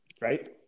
Right